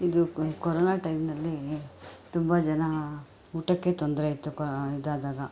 ಇದು ಕೊರೊನಾ ಟೈಮ್ನಲ್ಲಿ ತುಂಬ ಜನ ಊಟಕ್ಕೆ ತೊಂದರೆ ಇತ್ತು ಕೊ ಇದಾದಾಗ